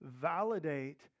validate